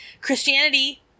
Christianity